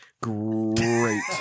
Great